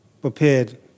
prepared